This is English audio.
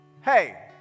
hey